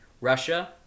Russia